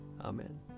Amen